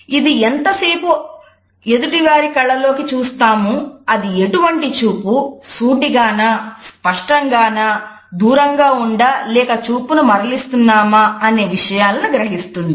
ఇది ఎంత సేపు ఎదుటివారి కళ్ళలోకి చూస్తాము అది ఎటువంటి చూపు సూటిగానా స్పష్టంగానా దూరం ఉండా లేక చూపును మరలిస్తున్నామా అనే విషయాలను గ్రహిస్తుంది